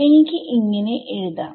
എനിക്ക് ഇങ്ങനെ എഴുതാം